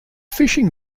fishing